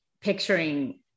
picturing